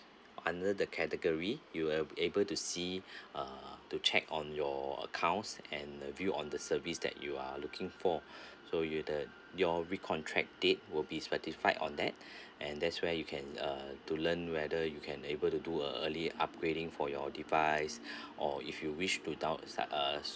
under the category you'll able to see uh to check on your accounts and the view on the service that you are looking for so you the your recontract date will be specified on that's where you can uh to learn whether you can able to do a early upgrading for your device or if you wish to down inside us